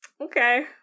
Okay